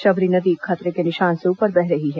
शबरी नदी खतरे के निशान से ऊपर बह रही है